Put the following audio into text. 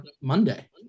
monday